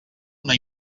una